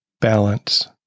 Balance